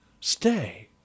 stay